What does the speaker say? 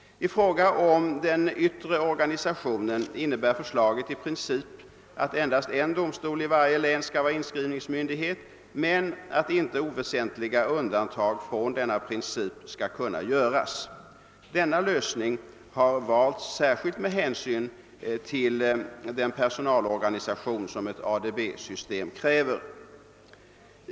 I fråga om den yttre organisationen innebär förslaget i princip att endast en domstol i varje län skall vara inskrivningsmyndighet men att inte oväsentliga undantag från denna princip skall kunna göras. Denna lösning har valts särskilt med hänsyn till den personalorganisation som ett ADB-system kräver.